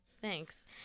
thanks